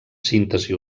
síntesi